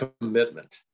commitment